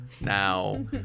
Now